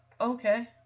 Okay